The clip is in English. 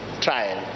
trial